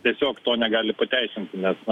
tiesiog to negali pateisint nes na